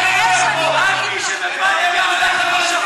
רק מי שבפניקה הולך,